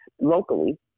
locally